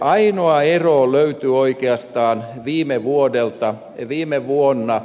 ainoa ero löytyy oikeastaan viime vuodelta ei viime vuonna